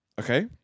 Okay